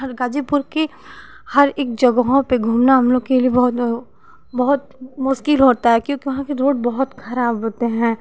गाजीपुर की हर एक जगहों पर घूमना हम लोग के लिए बहुत वो बहुत मुश्किल होता है क्योंकि वहाँ के रोड बहुत खराब होते हैं